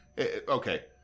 okay